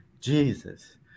Jesus